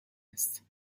است